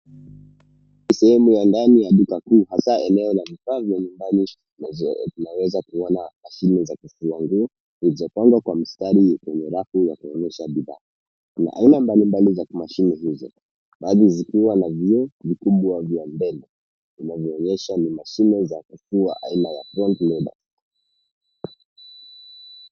Sehemu ya ndani ya duka kuu hasaa eneo la vifaa vya nyumbani, tunaweza kuona, mashini za kufua nguo, ijapangwa kwa mstari kwenye rafu ya kuonyesha bidhaa, kuna aina mbali mbali za mashini hizo, baadhi zikiwa na vioo, vikubwa vya mbele, inavyoonyesha ni mashini za kufua aina ya brand label .